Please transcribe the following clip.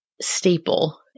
staple